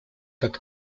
как